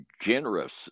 generous